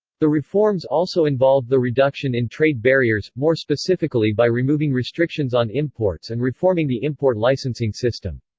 the reforms also involved the reduction in trade barriers, more specifically by removing restrictions on imports and reforming the import-licensing system.